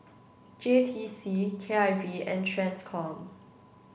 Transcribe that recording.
J T C K I V and TRANSCOM